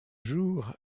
jour